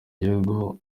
gihugu